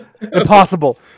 Impossible